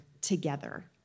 together